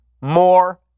more